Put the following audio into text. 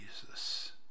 Jesus